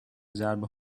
ضربه